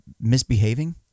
misbehaving